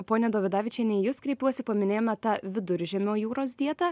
ponia dovidavičiene į jus kreipiuosi paminėjome tą viduržemio jūros dietą